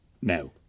now